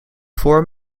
voor